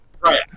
Right